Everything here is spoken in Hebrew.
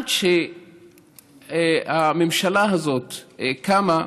עד שהממשלה הזאת קמה,